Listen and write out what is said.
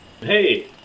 Hey